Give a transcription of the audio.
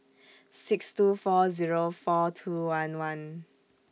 six two four Zero four two one one